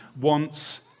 wants